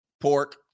pork